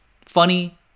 Funny